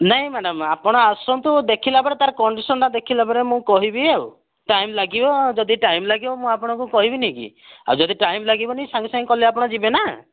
ନାଇଁ ମ୍ୟାଡ଼ାମ୍ ଆପଣ ଆସନ୍ତୁ ଦେଖିଲା ପରେ ତାର କଣ୍ଡିସାନ୍ଟା ଦେଖିଲା ପରେ ମୁଁ କହିବି ଆଉ ଟାଇମ୍ ଲାଗିବ ଯଦି ଟାଇମ୍ ଲାଗିବ ମୁଁ ଆପଣଙ୍କୁ କହିବିନି କି ଆଉ ଯଦି ଟାଇମ୍ ଲାଗିବନି ସାଙ୍ଗେ ସାଙ୍ଗେ କଲେ ଆପଣ ଯିବେ ନା